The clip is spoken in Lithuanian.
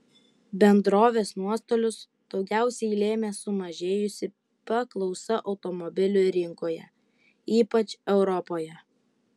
bendrovės nuostolius daugiausiai lėmė sumažėjusi paklausa automobilių rinkoje ypač europoje